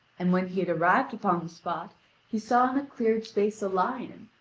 and when he had arrived upon the spot he saw in a cleared space a lion,